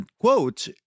quote